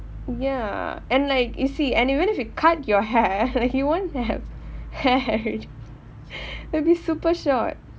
ya and like you see and even if you cut your hair then you won't have hair already it will be super short